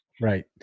Right